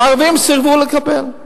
והערבים סירבו לקבל?